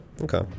okay